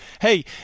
hey